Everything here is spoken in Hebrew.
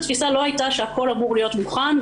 התפיסה לא הייתה שהכול אמור להיות מוכן,